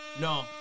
No